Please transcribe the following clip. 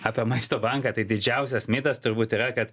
apie maisto banką tai didžiausias mitas turbūt yra kad